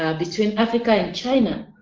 ah between africa and china.